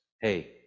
hey